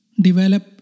develop